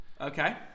Okay